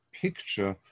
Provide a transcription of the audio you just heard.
picture